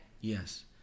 Yes